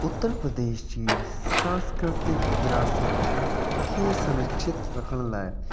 उत्तर प्रदेश जी सांस्कृतिक विरासत खे सुनिश्चित रखण लाइ